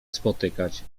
spotykać